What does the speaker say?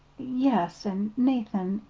yes an', nathan,